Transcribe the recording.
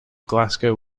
glasgow